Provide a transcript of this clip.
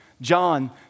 John